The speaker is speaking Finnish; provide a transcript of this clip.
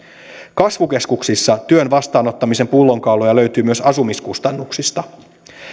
kasvukeskuksissa työn vastaanottamisen pullonkauloja löytyy myös asumiskustannuksista